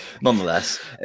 Nonetheless